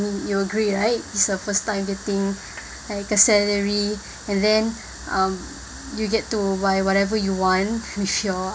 you agree right is a first time getting like a salary and then um you get to buy whatever you want with your